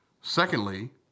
Secondly—